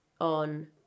on